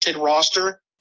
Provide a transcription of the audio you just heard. roster